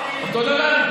אותו דבר?